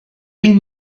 est